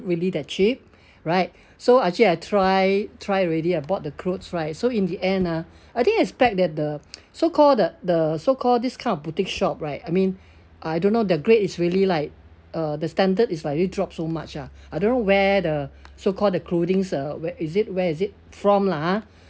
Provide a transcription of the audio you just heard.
really that cheap right so actually I try try already I bought the clothes right so in the end lah I didn't expect that the so-called the the so-called this kind of boutique shop right I mean I don't know the grade is really like uh the standard is like really drop so much ah I don't know where the so-called the clothing's uh where is it where is it from lah ah